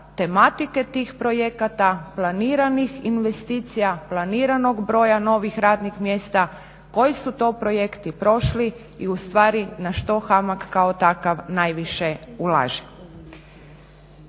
tematike tih projekata, planiranih investicija, planiranog broja novih radnih mjesta, koji su to projekti prošli i u stvari na što HAMAG kao takav najviše ulaže.